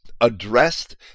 addressed